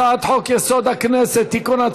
הצעת חוק-יסוד: הכנסת (תיקון,